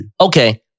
Okay